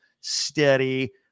steady